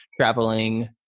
traveling